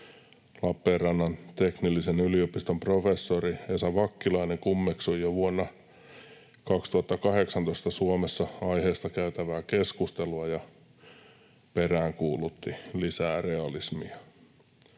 Lappeenrannan teknillisen yliopiston professori Esa Vakkilainen kummeksui jo vuonna 2018 Suomessa aiheesta käytävää keskustelua ja peräänkuulutti lisää realismia.